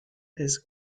his